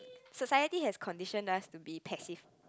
society has conditioned us to be passive